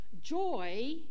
joy